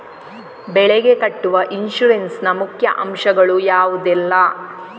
ಬೆಳೆಗೆ ಕಟ್ಟುವ ಇನ್ಸೂರೆನ್ಸ್ ನ ಮುಖ್ಯ ಅಂಶ ಗಳು ಯಾವುದೆಲ್ಲ?